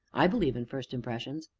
i believe in first impressions.